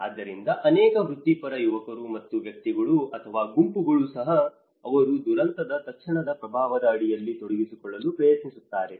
ಆದ್ದರಿಂದ ಅನೇಕ ವೃತ್ತಿಪರ ಯುವಕರು ಮತ್ತು ವ್ಯಕ್ತಿಗಳು ಅಥವಾ ಗುಂಪುಗಳು ಸಹ ಅವರು ದುರಂತದ ತಕ್ಷಣದ ಪ್ರಭಾವದ ಅಡಿಯಲ್ಲಿ ತೊಡಗಿಸಿಕೊಳ್ಳಲು ಪ್ರಯತ್ನಿಸುತ್ತಾರೆ